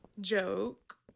Joke